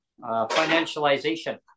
financialization